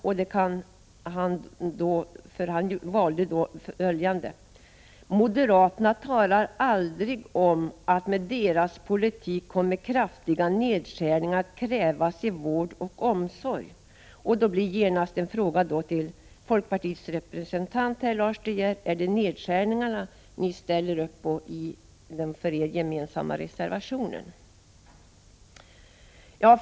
Han uttalade bl.a. följande: ”Moderaterna talar aldrig om att med deras politik kommer kraftiga nedskärningar att krävas i vård och omsorg.” Min fråga till folkpartiets representant Lars De Geer är: Är det de nedskärningar som det talas om i den gemensamma reservationen ni ställer er bakom?